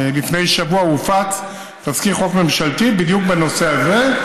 לפני שבוע הופץ תזכיר חוק ממשלתי בדיוק בנושא הזה,